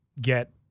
get